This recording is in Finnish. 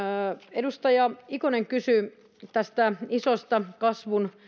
edustaja ikonen kysyi tästä isosta kasvun